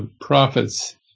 prophets